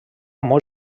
molt